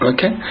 Okay